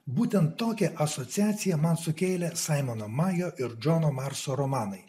būtent tokią asociaciją man sukėlė saimono majo ir džono marso romanai